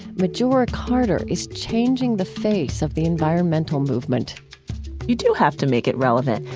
majora carter is changing the face of the environmental movement you do have to make it relevant.